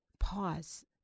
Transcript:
Pause